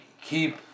keep